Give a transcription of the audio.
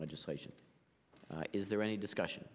legislation is there any discussion